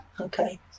Okay